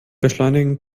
beschleunigen